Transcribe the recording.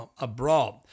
abroad